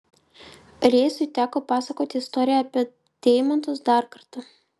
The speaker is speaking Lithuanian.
reisui teko pasakoti istoriją apie deimantus dar kartą